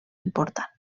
importància